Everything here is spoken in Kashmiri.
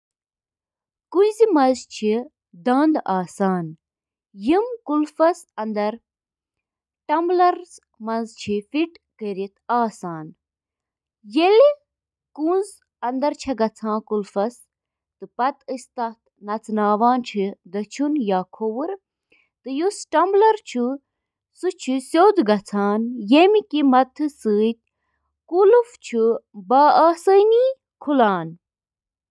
سائیکلٕک اَہَم جُز تہٕ تِم کِتھ کٔنۍ چھِ اِکہٕ وٹہٕ کٲم کران تِمَن منٛز چھِ drive train, crank set, bottom bracket, brakes, wheel تہٕ ٹائر تہٕ باقی۔